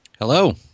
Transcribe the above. Hello